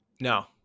no